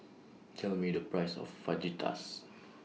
Tell Me The Price of Fajitas